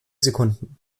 sekunden